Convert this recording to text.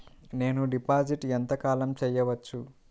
నేను డిపాజిట్ ఎంత కాలం చెయ్యవచ్చు?